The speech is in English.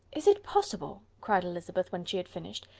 is it possible? cried elizabeth, when she had finished.